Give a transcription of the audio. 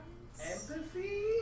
Empathy